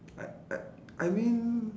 I I I mean